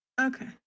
Okay